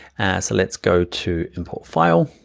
so let's go to import file.